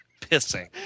pissing